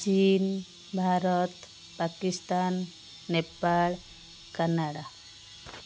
Chin Bharat Pakistan Nepal Canada